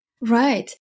Right